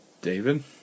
David